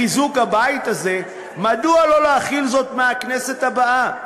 לחיזוק הבית הזה, מדוע לא להחיל זאת מהכנסת הבאה?